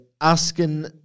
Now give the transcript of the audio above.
asking